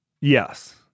Yes